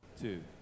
two